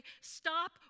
stop